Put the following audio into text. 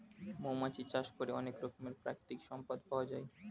মৌমাছি চাষ করে অনেক রকমের প্রাকৃতিক সম্পদ পাওয়া যায়